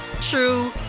true